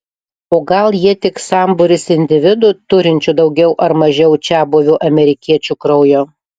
o gal jie tik sambūris individų turinčių daugiau ar mažiau čiabuvių amerikiečių kraujo